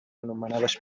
anomenades